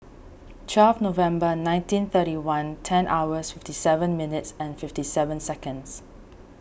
twelfth Nov nineteen thirty one ten hour fifty seven minutes and fifty seven seconds